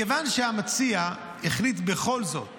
מכיוון שהמציע החליט בכל זאת